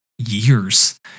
years